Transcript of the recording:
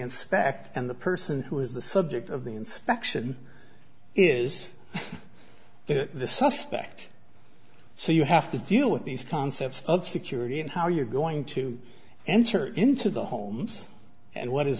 inspect and the person who is the subject of the inspection is the suspect so you have to deal with these concepts of security and how you're going to enter into the homes and what is